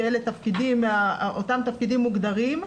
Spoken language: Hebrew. שאלה אותם תפקידים מוגדרים,